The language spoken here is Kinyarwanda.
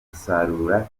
gusarura